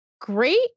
great